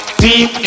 deep